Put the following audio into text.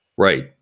Right